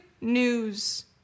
news